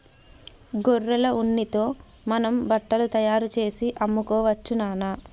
గొర్రెల ఉన్నితో మనం బట్టలు తయారుచేసి అమ్ముకోవచ్చు నాన్న